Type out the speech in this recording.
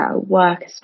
work